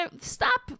Stop